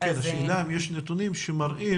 האם יש נתונים שמראים